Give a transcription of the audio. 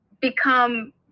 become